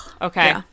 Okay